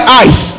eyes